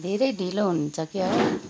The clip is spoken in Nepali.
धेरै ढिलो हुन्छ क्या हौ